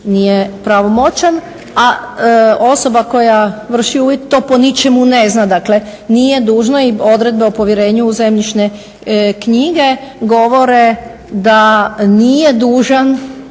nije pravomoćan a osoba koja vrši u vid to po ničemu ne zna. Dakle nije dužno i odredbe o povjerenju u zemljišne knjige govore da građanin